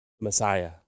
Messiah